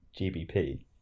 GBP